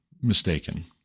mistaken